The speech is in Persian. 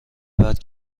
بعد